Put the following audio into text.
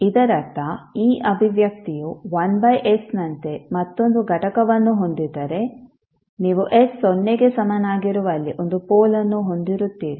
ಇದರರ್ಥ ಈ ಅಭಿವ್ಯಕ್ತಿಯು ಒನ್ ಬೈ s ನಂತೆ ಮತ್ತೊಂದು ಘಟಕವನ್ನು ಹೊಂದಿದ್ದರೆ ನೀವು s ಸೊನ್ನೆಗೆ ಸಮನಾಗಿರುವಲ್ಲಿ ಒಂದು ಪೋಲ್ಅನ್ನು ಹೊಂದಿರುತ್ತೀರಿ